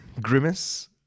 Grimace